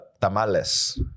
tamales